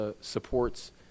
supports